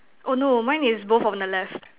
oh no mine is both on the left